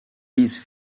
these